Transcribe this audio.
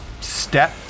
step